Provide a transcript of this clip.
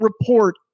report